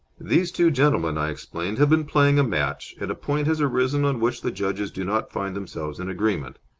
these two gentlemen, i explained, have been playing a match, and a point has arisen on which the judges do not find themselves in agreement.